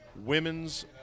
women's